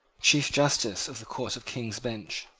chief justice of the court of king's bench.